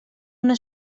una